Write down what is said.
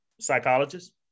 psychologist